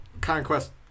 Conquest